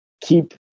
keep